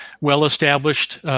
well-established